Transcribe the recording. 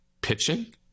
pitching